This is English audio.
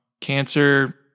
cancer